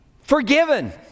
forgiven